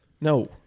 no